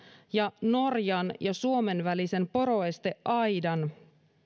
ja norjan ja suomen välisen poroesteaidan